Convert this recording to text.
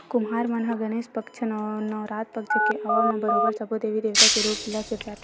कुम्हार मन ह गनेस पक्छ, नवरात पक्छ के आवब म बरोबर सब्बो देवी देवता के रुप ल सिरजाथे